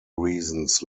reasons